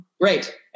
Great